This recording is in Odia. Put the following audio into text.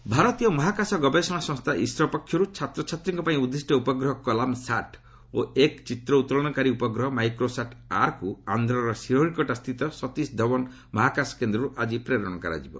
ଇସ୍ରୋ ଲଞ୍ ଭାରତୀୟ ମହାକାଶ ଗବେଷଣା ସଂସ୍ଥା ଇସ୍ରୋ ପକ୍ଷରୁ ଛାତ୍ରଛାତ୍ରୀଙ୍କ ପାଇଁ ଉଦ୍ଦିଷ୍ଟ ଉପଗ୍ରହ କଲାମ୍ ସାଟ୍ ଓ ଏକ ଚିତ୍ରଉତ୍ତୋଳନକାରୀ ଉପଗ୍ରହ ମାଇକ୍ରୋସାଟ୍ ଆର୍କୁ ଆନ୍ଧ୍ରର ଶ୍ରୀହରିକୋଟାସ୍ଥିତ ସତୀଶ ଧାଓ୍ୱନ୍ ମହାକାଶ କେନ୍ଦ୍ରରୁ ଆଜି ପ୍ରେରଣ କରାଯିବ